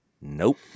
Nope